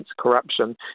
corruption